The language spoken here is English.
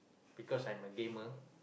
because I'm a gamer